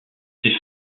ses